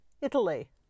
Italy